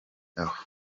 aho